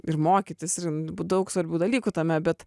ir mokytis ir daug svarbių dalykų tame bet